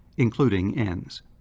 including ends.